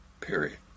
Period